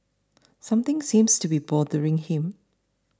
something seems to be bothering him